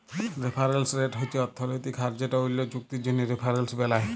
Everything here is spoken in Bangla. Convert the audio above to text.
রেফারেলস রেট হছে অথ্থলৈতিক হার যেট অল্য চুক্তির জ্যনহে রেফারেলস বেলায়